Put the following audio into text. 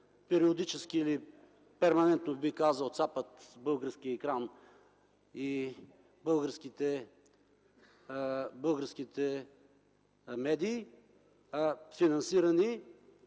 периодически, перманентно, бих казал, цапат българския екран и българските медии, финансирани